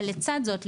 אבל לצד זאת,